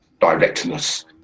directness